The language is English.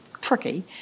tricky